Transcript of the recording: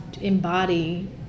embody